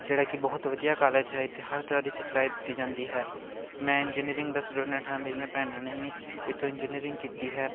ਜਿਹੜਾ ਕਿ ਬਹੁਤ ਵਧੀਆ ਕਾਲਜ ਹੈ ਇੱਥੇ ਹਰ ਤਰ੍ਹਾਂ ਦੀ ਸਿਖਲਾਈ ਦਿੱਤੀ ਜਾਂਦੀ ਹੈ ਮੈਂ ਇੰਜੀਨੀਅਰਿੰਗ ਦਾ ਸਟੂਡੈਂਟ ਹਾਂ ਮੇਰੀਆਂ ਭੈਣਾਂ ਨੇ ਵੀ ਇੱਥੋਂ ਇੰਜਨੀਅਰਿੰਗ ਕੀਤੀ ਹੈ